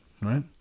right